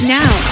now